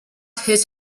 his